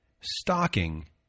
stalking